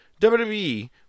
WWE